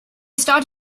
start